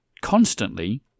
constantly